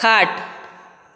खाट